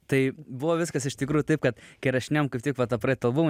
tai buvo viskas iš tikrųjų taip kad kai įrašinėjom kaip tik va tą praeitą albumą